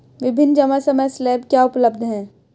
विभिन्न जमा समय स्लैब क्या उपलब्ध हैं?